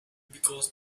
because